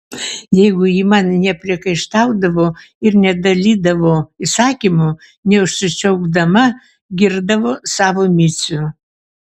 jeigu ji man nepriekaištaudavo ir nedalydavo įsakymų neužsičiaupdama girdavo savo micių